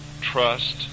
trust